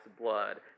blood